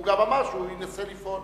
הוא גם אמר שהוא ינסה לפעול,